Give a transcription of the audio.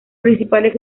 principales